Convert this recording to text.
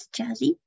jazzy